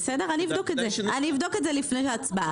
אני אבדוק את זה לפני ההצבעה.